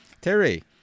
Terry